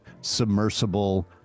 submersible